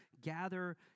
gather